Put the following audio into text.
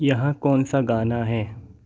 यह कौन सा गाना है